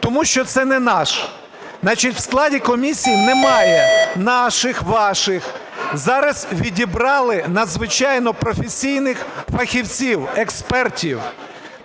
тому що це не наш". Значить, в складі комісії не має "наших", "ваших", зараз відібрали надзвичайно професійних фахівців, експертів.